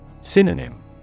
Synonym